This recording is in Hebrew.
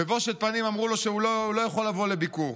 בבושת פנים אמרו לו שהוא לא יכול לבוא לביקור.